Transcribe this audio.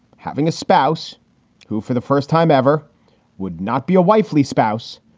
having a spouse who for the first time ever would not be a wifely spouse,